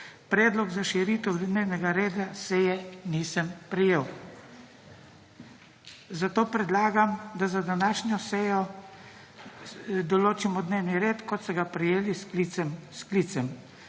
Predloga za širitev dnevnega reda seja nisem prejel, zato predlagam, da za današnjo sejo določimo dnevni red, kot ste ga prejeli s sklicem.